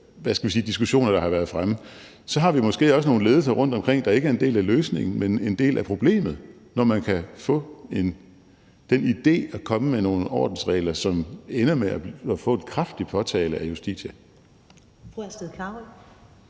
nogle af de diskussioner, der har været fremme, så har vi måske også nogle ledelser rundtomkring, der ikke er en del af løsningen, men en del af problemet, når man kan få den idé at komme med nogle ordensregler, som ender med at få en kraftig påtale af Justitia.